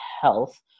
health